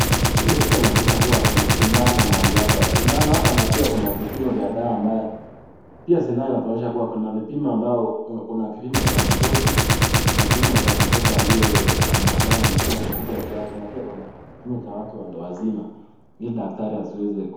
Hili picha linatuonyesha kuwa kuna sindano mahali hapa. Sindano hapa na pia kuna vipimo vya dawa ambayo pia sindano inatuonyesha kuwa kuna vipimo ambao kuna kipimo cha mtoto, kuna kipimo cha mtoto aliye ambaye amekuwa mkubwa kiasi, na pia kuna kipimo cha watu wazima. Ili daktari asiweze.